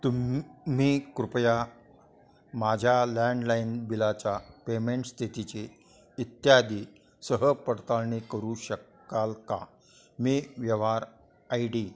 तुम् म्ही कृपया माझ्या लँडलाइन बिलाच्या पेमेंट स्थितीची इत्यादी सह पडताळणी करू शकाल का मी व्यवहार आई डी